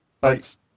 Thanks